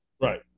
Right